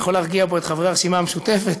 אני יכול להרגיע פה את חברי הרשימה המשותפת: